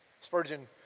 Spurgeon